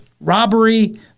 robbery